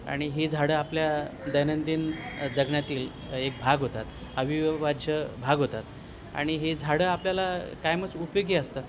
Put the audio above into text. आणि ही झाडं आपल्या दैनंदिन जगण्यातील एक भाग होतात अविभाज्य भाग होतात आणि ही झाडं आपल्याला कायमच उपयोगी असतात